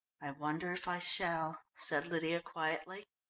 i wonder if i shall, said lydia quietly.